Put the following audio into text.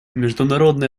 международные